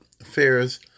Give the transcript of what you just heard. affairs